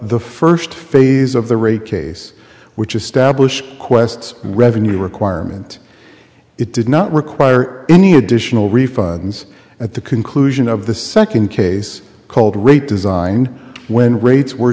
the first phase of the rate case which established quests and revenue requirement it did not require any additional refunds at the conclusion of the second case called rate design when rates were